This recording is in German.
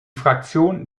fraktion